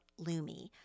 Lumi